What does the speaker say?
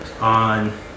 On